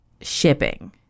shipping